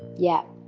yeah.